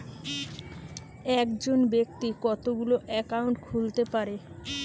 একজন ব্যাক্তি কতগুলো অ্যাকাউন্ট খুলতে পারে?